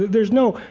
there's no,